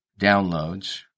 downloads